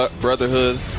brotherhood